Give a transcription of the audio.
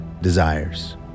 desires